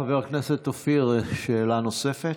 חבר הכנסת אופיר, שאלה נוספת,